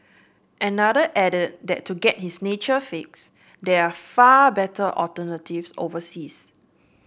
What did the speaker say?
another added that to get his nature fix there are far better alternatives overseas